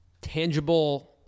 tangible